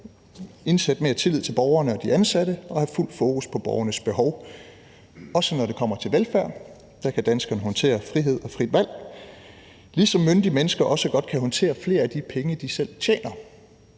privat, mere tillid til borgerne og de ansatte og have fuldt fokus på borgernes behov. Også når det kommer til velfærd, kan danskerne håndtere frihed og frit valg, ligesom myndige mennesker også godt kan håndtere flere af de penge, de selv tjener.